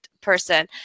person